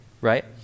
right